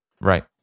Right